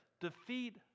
defeat